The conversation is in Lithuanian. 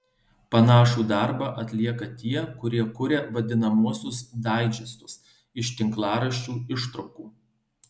panašų darbą atlieka tie kurie kuria vadinamuosius daidžestus iš tinklaraščių ištraukų